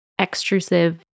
extrusive